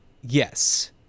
yes